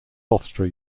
hofstra